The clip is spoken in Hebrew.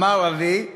אמר אבי,